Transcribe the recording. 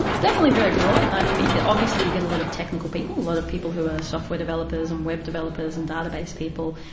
it's definitely very broad. um obviously get a lot of technical people, a lot of people who are software developers and web developers and database people.